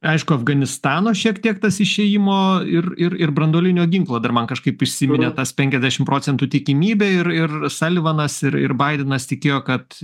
aišku afganistano šiek tiek tas išėjimo ir ir ir branduolinio ginklo dar man kažkaip įsiminė tas penkiasdešim procentų tikimybė ir ir salivanas ir ir baidenas tikėjo kad